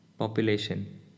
population